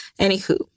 Anywho